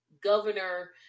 governor